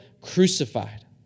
crucified